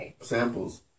samples